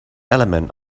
element